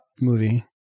movie